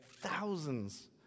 thousands